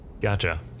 gotcha